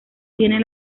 tiene